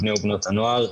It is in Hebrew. בני ובנות הנוער.